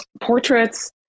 portraits